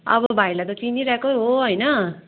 अब भाइलाई त चिनिरहेकै हो होइन